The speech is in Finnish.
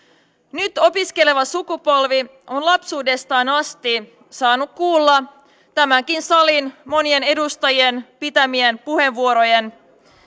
nyt opiskeleva sukupolvi on lapsuudestaan asti saanut kuulla tämänkin salin monien edustajien pitämiä puheenvuoroja